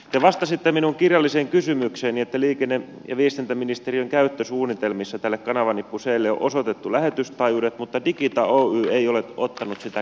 te vastasitte minun kirjalliseen kysymykseeni että liikenne ja viestintäministeriön käyttösuunnitelmissa tälle kanavanippu clle on osoitettu lähetystaajuudet mutta digita oy ei ole ottanut sitä käyttöön